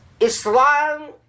Islam